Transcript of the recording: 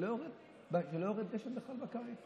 שלא יורד בהן גשם בכלל בקיץ?